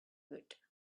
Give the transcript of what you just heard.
good